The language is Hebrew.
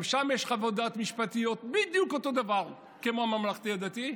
שגם שם יש חוות דעת משפטיות בדיוק אותו הדבר כמו הממלכתי הדתי,